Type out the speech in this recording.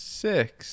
six